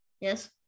Yes